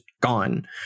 gone